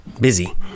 busy